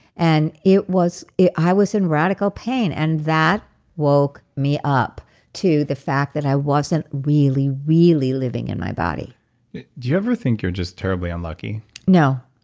and it was. i was in radical pain. and that woke me up to the fact that i wasn't really, really living in my body. do you ever think you're just terribly unlucky no.